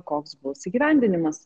koks bus įgyvendinimas